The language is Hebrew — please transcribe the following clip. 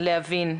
להבין.